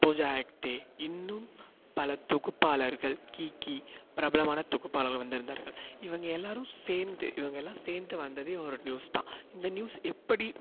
பூஜா ஆக்தே இன்னும் பல தொகுப்பாளர்கள் கீ கீ பிரபலமான தொகுப்பாளர்கள் வந்திருந்தார்கள் இவங்க எல்லோரும் சேர்ந்து இவங்கெல்லாம் சேர்ந்து வந்ததே ஒரு நியூஸ் தான் இந்த நியூஸ் எப்படி